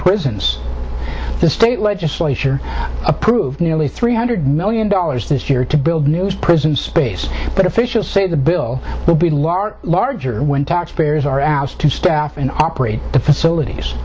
prisons the state legislature approved nearly three hundred million dollars this year to build news prisons space but officials say the bill will be large larger when taxpayers are asked to staff and operate the